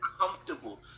comfortable